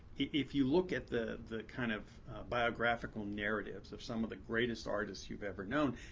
if you look at the the kind of biographical narratives of some of the greatest artists you've ever known,